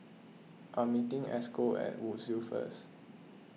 I am meeting Esco at Woodsville first